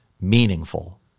meaningful